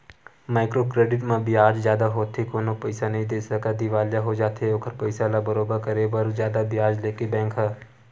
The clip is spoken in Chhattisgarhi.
माइक्रो क्रेडिट म बियाज जादा होथे कोनो पइसा नइ दे सकय दिवालिया हो जाथे ओखर पइसा ल बरोबर करे बर जादा बियाज लेथे बेंक ह